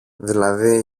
δηλαδή